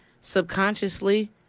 subconsciously